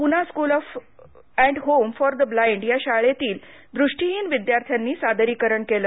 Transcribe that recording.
Poona school and home for the blind या शाळेतील दृष्टिहीन विद्यार्थ्यांनी सादरीकरण केलं